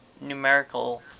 numerical